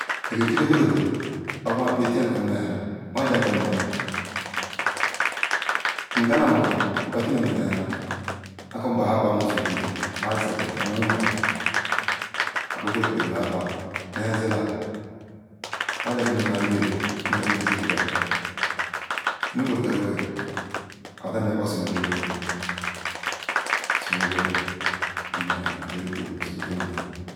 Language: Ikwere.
Akilaa wariwa maji akam mel nkapatin ya lam ya nu ayanran my ka ba haper my ozuru turikem nu enhen zila my jika messi han mel yari rumu takiri messi ke bu mel mekwuru garri wil adam bia kpa kusinum nuni wiri simo kwurol ri ma an so deral.